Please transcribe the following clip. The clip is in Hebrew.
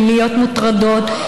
להיות מוטרדות,